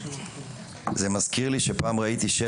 זה מזכיר לי שפעם ראיתי,